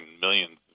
millions